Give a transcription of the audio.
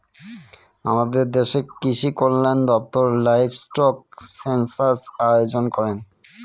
আমাদের দেশের কৃষিকল্যান দপ্তর লাইভস্টক সেনসাস আয়োজন করেন